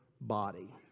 body